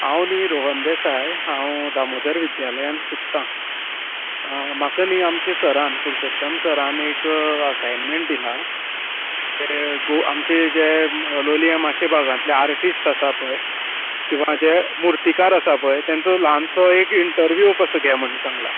हांव न्ही रोहन देसाय हांव दामोदर विद्यालयान शिकता म्हाका न्ही आमच्या सरान पुरुषोत्तम सरान एक असाइनमेंट दिला ते गो आमचे जे लोलिया मात्शे भागांतले आर्टिस्ट आसा पळय किंवा जे मुर्तीकार आसा पळय तांचोंल्हान सो एक इन्टरवीव कसो घे म्हण सांगला